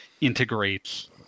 integrates